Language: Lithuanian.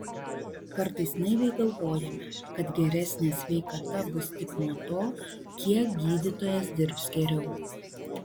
kartais naiviai galvojame kad geresnė sveikata bus tik nuo to kiek gydytojas dirbs geriau